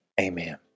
amen